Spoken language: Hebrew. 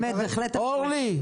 אורלי,